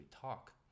talk